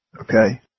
Okay